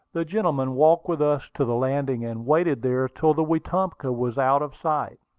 the gentleman walked with us to the landing, and waited there till the wetumpka was out of sight.